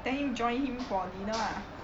then you join him for dinner lah